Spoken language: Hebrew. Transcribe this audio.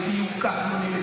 תהיו כחלונים,